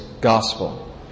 gospel